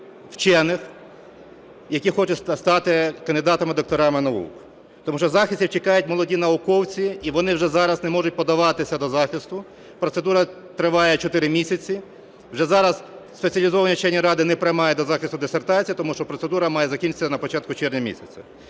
вчених, які хочуть стати кандидатами, докторами наук. Тому що захисту чекають молоді науковці, і вони вже зараз не можуть подавати до захисту, процедура триває чотири місяці, вже зараз спеціалізовані вчені ради не приймають до захисту дисертації, тому що процедура має закінчитися на початку червня місяця.